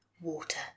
Water